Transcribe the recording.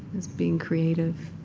as being creative,